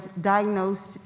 diagnosed